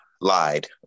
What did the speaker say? lied